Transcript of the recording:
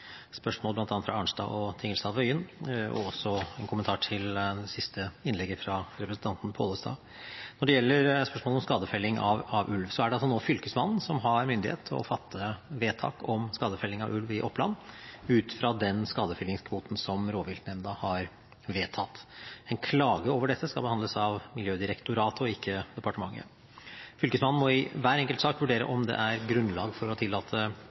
spørsmål fra bl.a. Arnstad og Tingelstad Wøien – og også en kommentar til det siste innlegget, fra representanten Pollestad. Når det gjelder spørsmålet om skadefelling av ulv, er det Fylkesmannen som nå har myndighet til å fatte vedtak om skadefelling av ulv i Oppland, ut fra den skadefellingskvoten som rovviltnemnda har vedtatt. En klage over dette skal behandles av Miljødirektoratet og ikke av departementet. Fylkesmannen må i hver enkelt sak vurdere om det er grunnlag for å tillate felling, bl.a. på bakgrunn av om det